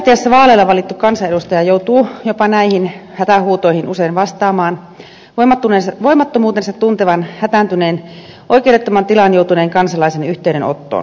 demokratiassa vaaleilla valittu kansanedustaja joutuu jopa näihin hätähuutoihin usein vastaamaan voimattomuutensa tuntevan hätääntyneen oikeudettomaan tilaan joutuneen kansalaisen yhteydenottoon